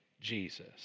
Jesus